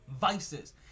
vices